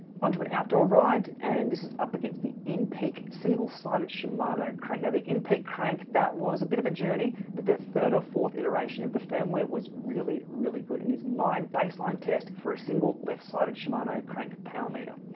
on to an outdoor ride and this is up against the inpeak single sided shimano crank. now the inpeak crank that was a bit of a journey but the third or fourth iteration of the firmware was really, really good and is my baseline test for a single left sided shimano crank power meter.